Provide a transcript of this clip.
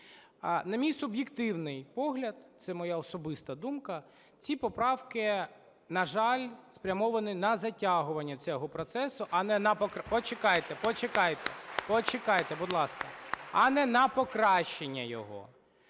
На мій суб'єктивний погляд, це моя особиста думка, ці поправки, на жаль, спрямовані на затягування цього процесу, а не на… (Шум